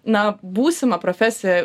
na būsimą profesiją